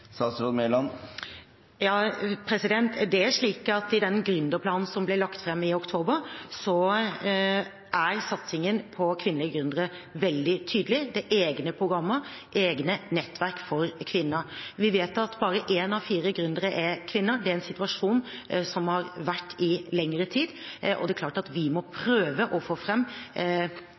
I gründerplanen som ble lagt fram i oktober, er satsingen på kvinnelige gründere veldig tydelig. Det er egne programmer, egne nettverk for kvinner. Vi vet at bare én av fire gründere er kvinne. Det er en situasjon som har vært i lengre tid, og det er klart at vi må prøve å få